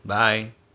bye